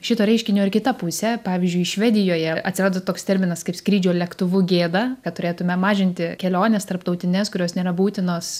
šito reiškinio ir kita pusė pavyzdžiui švedijoje atsirado toks terminas kaip skrydžio lėktuvu gėda kad turėtume mažinti keliones tarptautines kurios nėra būtinos